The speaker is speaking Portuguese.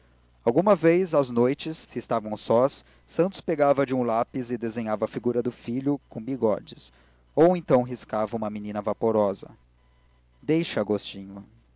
alguma vez às noites se estavam sós santos pegava de um lápis e desenhava a figura do filho com bigodes ou então riscava uma menina vaporosa deixa agostinho